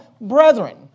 brethren